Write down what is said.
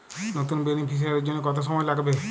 নতুন বেনিফিসিয়ারি জন্য কত সময় লাগবে?